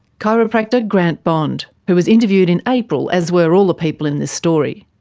chiropractor grant bond, who was interviewed in april, as were all the people in this story.